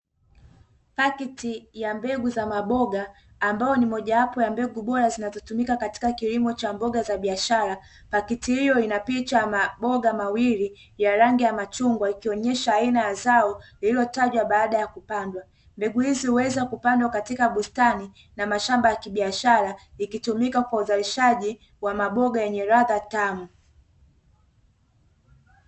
Pakiti ya mbegu za maboga ambayo ni mojawapo ya mbegu bora zinazotumika katika kilimo cha mboga za biashara. Pakiti hiyo ina picha ya maboga mawili ya rangi ya machungwa ikionyesha aina ya zao lililotajwa baada ya kupandwa. Mbegu hii huoandwa katika mashamba ya kibiashara ikitumika kwa uzalishaji wa mboga yenye ladha tamu.